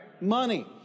money